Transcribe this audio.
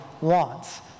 wants